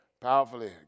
powerfully